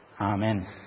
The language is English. Amen